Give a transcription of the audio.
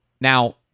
Now